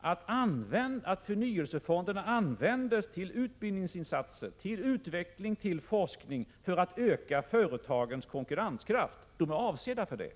att förnyelsefonderna används till utbildningsinsatser, till utveckling och till forskning, för att öka företagens konkurrenskraft — de är avsedda för det.